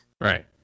Right